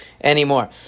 anymore